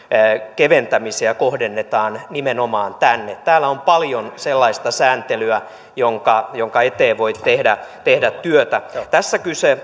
keventämisiä kohdennetaan nimenomaan tänne täällä on paljon sellaista sääntelyä jonka jonka eteen voi tehdä tehdä työtä tässä kyse